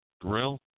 grill